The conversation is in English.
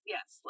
Yes